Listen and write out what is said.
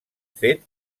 fet